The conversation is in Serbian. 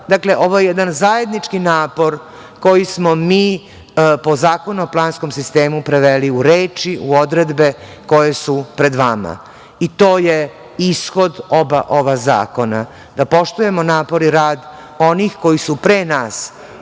prava. Dakle, ovo je jedan zajednički napor koji smo mi po Zakonu o planskom sistemu preveli u reči, u odredbe koje su pred vama i to je ishod oba ova zakona, da poštujemo napor i rad onih koji su pre nas